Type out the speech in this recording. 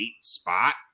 spot